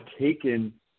taken